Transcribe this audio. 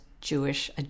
Jewish